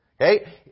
okay